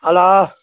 hello